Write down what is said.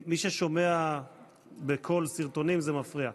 מי ששומע סרטונים בקול, זה מפריע.